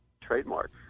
trademark